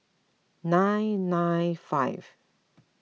nine nine five